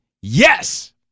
Yes